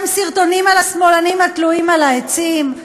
סרטונים על השמאלנים התלויים על העצים.